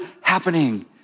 happening